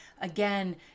again